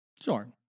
Sure